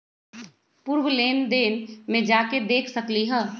पूर्व लेन देन में जाके देखसकली ह?